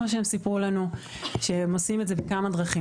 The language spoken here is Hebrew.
כמו שהם סיפרו לנו שהם עושים זאת בכמה דרכים.